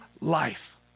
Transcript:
life